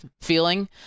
feeling